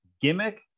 gimmick